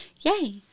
Yay